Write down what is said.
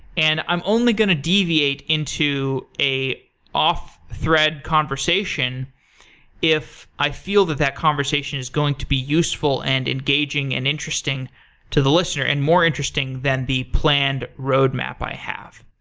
and i'm only going to deviate into an off-thread conversation if i feel that that conversation is going to be useful, and engaging, and interesting to the listener, and more interesting than the planned roadmap i have.